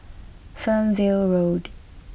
Fernvale Road